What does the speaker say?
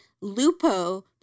Lupo